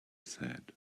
said